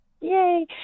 yay